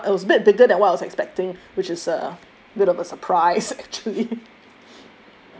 ya what what it was a bit bigger than I was expecting which is a bit of a surprise actually